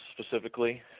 specifically